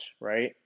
right